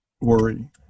worry